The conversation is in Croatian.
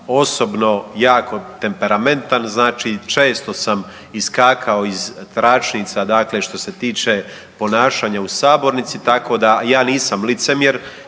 osobno jako temperamentan. Znači često sam iskakao iz tračnica, dakle što se tiče ponašanja u sabornici. Tako da ja nisam licemjer